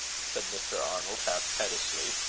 said mr. arnold, half pettishly,